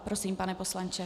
Prosím, pane poslanče.